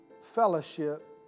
fellowship